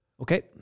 Okay